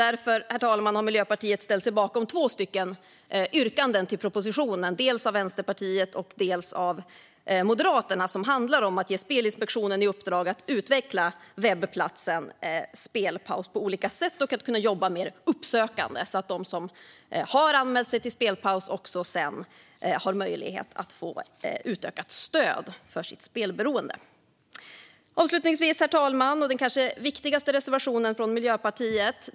Därför, herr talman, har Miljöpartiet ställt sig bakom två yrkanden med anledning av propositionen, dels av Vänsterpartiet och dels av Moderaterna, som handlar om att ge Spelinspektionen i uppdrag att utveckla webbplatsen spelpaus.se på olika sätt. Det handlar om att kunna jobba mer uppsökande, så att de som har anmält sig till spelpaus.se sedan har möjlighet att få ett utökat stöd när det gäller deras spelberoende. Avslutningsvis, herr talman, handlar det om den kanske viktigaste reservationen från Miljöpartiet.